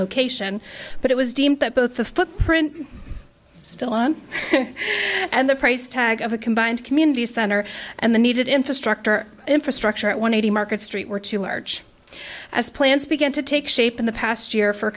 location but it was deemed that both the footprint still on and the price tag of a combined community center and the needed infrastructure infrastructure at one eighty market street were too large as plans began to take shape in the past year for